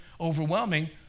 overwhelming